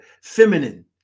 feminine